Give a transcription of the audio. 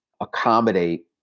accommodate